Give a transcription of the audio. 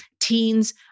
teens